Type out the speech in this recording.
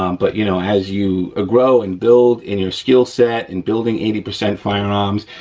um but you know, as you ah grow and build in your skillset and building eighty percent firearms,